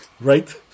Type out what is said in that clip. Right